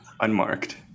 unmarked